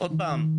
עוד פעם,